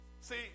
See